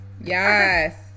Yes